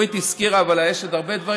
נורית הזכירה, אבל יש עוד הרבה דברים.